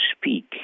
speak